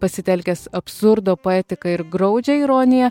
pasitelkęs absurdo poetika ir graudžią ironiją